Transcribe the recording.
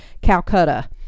Calcutta